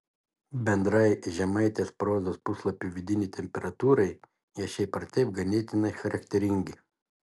bendrai žemaitės prozos puslapių vidinei temperatūrai jie šiaip ar taip ganėtinai charakteringi